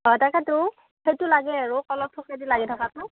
অঁ তাকেতো সেইটো লাগে আৰু কলৰ থোকেদি লাগি থকাটো